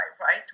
right